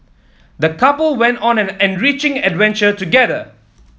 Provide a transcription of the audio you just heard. the couple went on an enriching adventure together